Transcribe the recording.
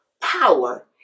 power